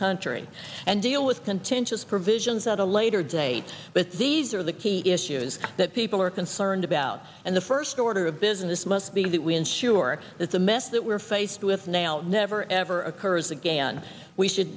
country and deal with contentious provisions at a later date but these are the key issues that people are concerned about and the first order of business must be that we ensure that the mess that we're faced with now never ever occurs again we should